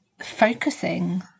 focusing